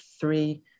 three